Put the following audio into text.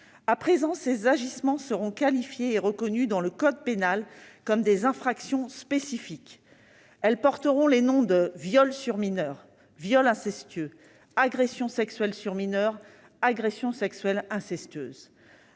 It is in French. À présent, ces agissements seront qualifiés et reconnus dans le code pénal comme des infractions spécifiques. Celles-ci porteront les noms de « viol sur mineur »»,« viol incestueux »,« agression sexuelle sur mineur » et « agression sexuelle incestueuse